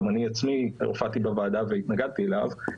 אני עצמי הופעתי בוועדה והתנגדתי אליו,